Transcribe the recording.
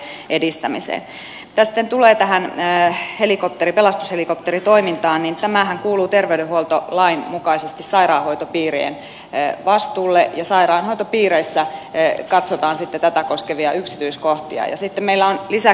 mitä sitten tulee tähän pelastushelikopteritoimintaan niin tämähän kuuluu terveydenhuoltolain mukaisesti sairaanhoitopiirien vastuulle ja sairaanhoitopiireissä katsotaan sitten tätä koskevia yksityiskohtia